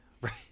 Right